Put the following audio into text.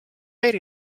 eri